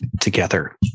together